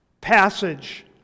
passage